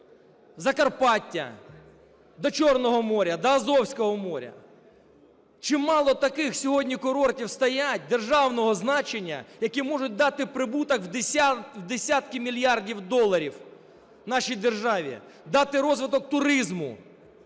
Закарпаття, до Чорного моря, до Азовського моря! Чимало таких сьогодні курортів стоять державного значення, які можуть дати прибуток в десятки мільярдів доларів нашій державі, дати розвиток туризму.